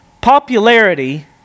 Popularity